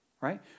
Right